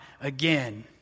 again